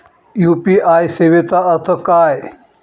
UPI सेवेचा अर्थ काय?